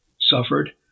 suffered